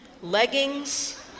Leggings